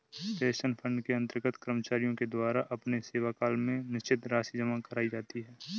pension fund के अंतर्गत कर्मचारियों के द्वारा अपने सेवाकाल में निश्चित राशि जमा कराई जाती है